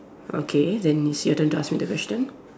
okay then it's your turn to ask me the question